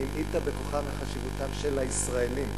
המעיטה בכוחם וחשיבותם של הישראלים,